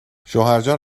شوهرجان